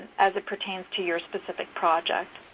as it pertains to your specific project.